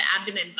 abdomen